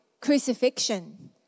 crucifixion